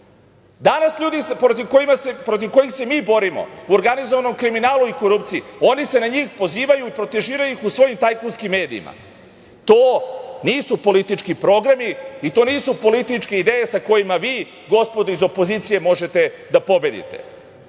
Danas ljudi protiv kojih se mi borimo u organizovanom kriminalu i korupciji, oni se na njih pozivaju i protežiraju ih u svojim tajkunskim medijima. To nisu politički programi i to nisu političke ideje sa kojima vi, gospodo iz opozicije, možete da pobedite. Ja